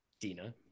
Dina